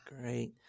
Great